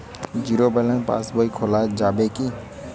Zero balance passbook খোলা যাবে কি?